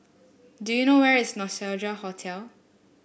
do you know where is Nostalgia Hotel